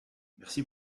merci